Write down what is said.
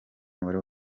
umubare